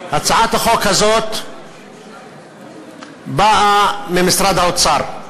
הצעת החוק הזאת באה ממשרד האוצר.